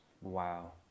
Wow